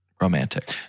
romantic